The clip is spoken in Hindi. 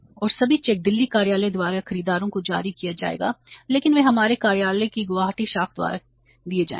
और सभी चेक दिल्ली कार्यालय द्वारा खरीदारों को जारी किए जाएंगे लेकिन वे हमारे कार्यालय की गुवाहाटी शाखा द्वारा दिए जाएंगे